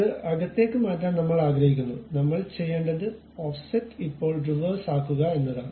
അത് അകത്തേക്ക് മാറ്റാൻ നമ്മൾ ആഗ്രഹിക്കുന്നു നമ്മൾ ചെയ്യേണ്ടത് ഓഫ്സെറ്റ് ഇപ്പോൾ റിവേഴ്സ് ആക്കുക എന്നതാണ്